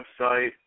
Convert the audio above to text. website